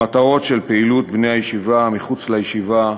למטרות של פעילות בני הישיבה מחוץ לישיבה,